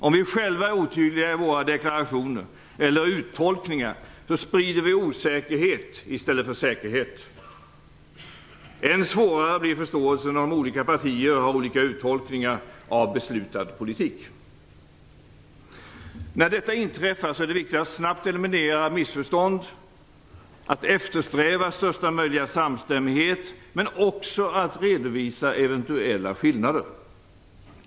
Om vi själva är otydliga i våra deklarationer eller uttolkningar sprider vi osäkerhet i stället för säkerhet. Än svårare blir förståelsen om olika partier har olika uttolkningar av beslutad politik. När detta inträffar är det viktigt att snabbt eliminera missförstånd, att eftersträva största möjliga samstämmighet men också att redovisa eventuella skillnader.